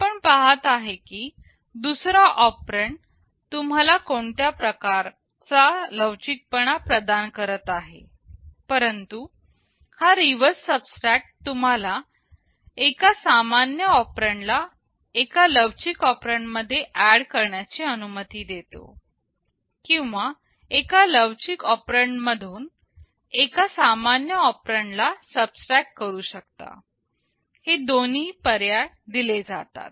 आपण पहात आहे की दुसरा ऑपरेंड तुम्हाला कोणत्या प्रकार चा लवचिकपणा प्रदान करत आहे परंतु हा रिवर्स सबट्रॅक्ट तुम्हाला एका सामान्य ऑपरेंड ला एका लवचिक ऑपरेंड मध्ये ऍड करण्याची अनुमती देतो किंवा एका लवचिक ऑपरेंड मधून एका सामान्य ऑपरेंड ला सबट्रॅक्ट करू शकता दोन्ही पर्याय दिले जातात